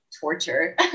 torture